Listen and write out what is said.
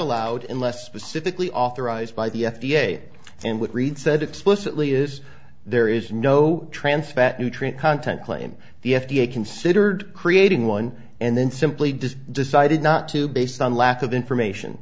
allowed unless specifically authorized by the f d a and what reid said explicitly is there is no trans fat nutrient content claim the f d a considered creating one and then simply does decided not to based on lack of information